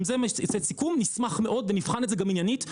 אם יוצא סיכום נשמח מאוד ונבחן את זה גם עניינית,